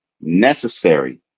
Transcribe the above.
Necessary